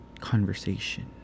Conversation